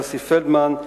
יוסי פלדמן,